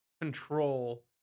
control